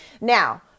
Now